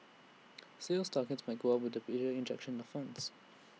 sales targets might go up with the bigger injection of funds